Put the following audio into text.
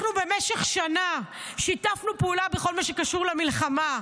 אנחנו במשך שנה שיתפנו פעולה בכל מה שקשור למלחמה,